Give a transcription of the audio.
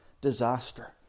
disaster